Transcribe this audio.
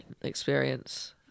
experience